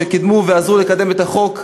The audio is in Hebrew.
שקידמו ועזרו לקדם את החוק,